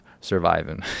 surviving